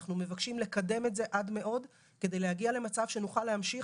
אנחנו מבקשים לקדם את זה עד מאוד כדי שנגיע למצב שנוכל להמשיך